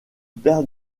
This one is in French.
père